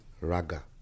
raga